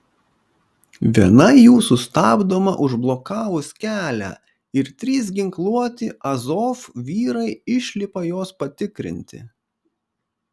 viena jų sustabdoma užblokavus kelią ir trys ginkluoti azov vyrai išlipa jos patikrinti